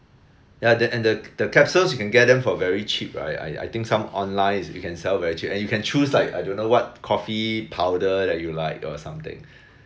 ya the and the the capsules you can get them for very cheap right I I think some online is you can sell very cheap and you can choose like I don't know what coffee powder that you like or something